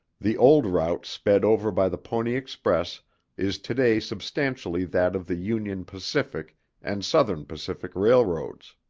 the old route sped over by the pony express is today substantially that of the union pacific and southern pacific railroads.